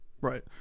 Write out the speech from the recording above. Right